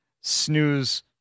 snooze